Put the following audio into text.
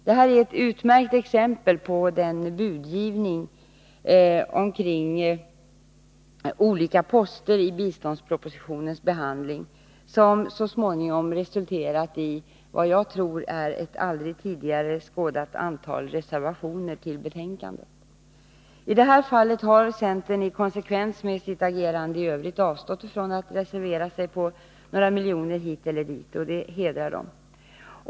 Detta är ett utmärkt exempel på den budgivning beträffande olika poster i biståndpropositionen som så småningom resulterat i — som jag tror — ett aldrig tidigare skådat antal reservationer till betänkandet. I detta fall har centern i konsekvens med sitt agerande i Övrigt avstått från att reservera sig på några miljoner hit eller dit, och det hedrar partiet.